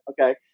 okay